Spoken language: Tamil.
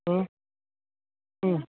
ம் ம்